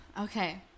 okay